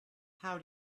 how